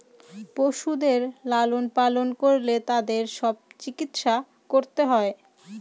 পশুদের লালন পালন করলে তাদের সব চিকিৎসা করতে হয়